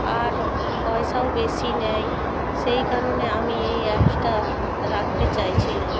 আর পয়সাও বেশি নেয় সেই কারণে আমি এই অ্যাপসটা রাখতে চাইছি না